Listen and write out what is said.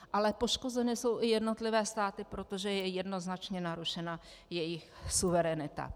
Ale poškozeny jsou i jednotlivé státy, protože je jednoznačně narušena jejich suverenita.